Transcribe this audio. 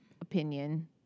opinion